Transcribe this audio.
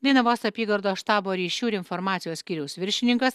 dainavos apygardos štabo ryšių ir informacijos skyriaus viršininkas